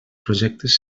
projectes